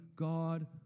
God